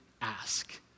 ask